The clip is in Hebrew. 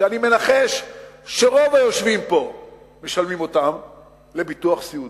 שאני מנחש שרוב היושבים פה משלמים אותם לביטוח סיעודי,